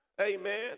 Amen